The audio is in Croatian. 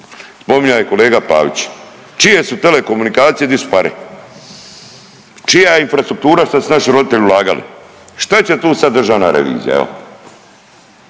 spominjao je kolega Pavić. Čije su telekomunikacije? Di su pare? Čija je infrastruktura što su naši roditelji ulagali. Šta će tu sad Državna revizija